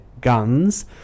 guns